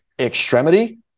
extremity